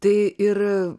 tai ir